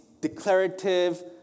declarative